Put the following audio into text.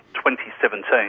2017